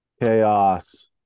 Chaos